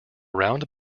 round